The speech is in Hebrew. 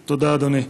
תודה, אדוני.